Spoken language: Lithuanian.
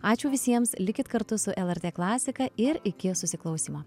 ačiū visiems likit kartu su lrt klasika ir iki susiklausymo